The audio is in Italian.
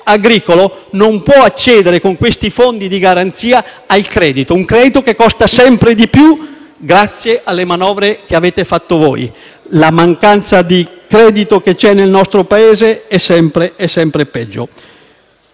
non possono accedere con questi fondi di garanzia al credito; un credito che costa sempre di più grazie alle manovre che avete fatto voi. La mancanza di accesso al credito nel nostro Paese è sempre più